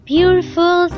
Beautiful